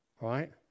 right